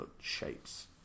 shapes